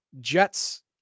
jets